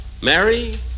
Mary